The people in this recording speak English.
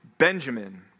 Benjamin